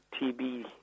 TB